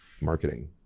marketing